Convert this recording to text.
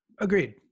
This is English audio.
agreed